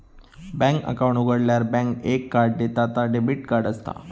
bank account उघाडल्यार bank एक card देता ता डेबिट कार्ड असता